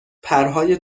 پرهای